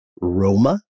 Roma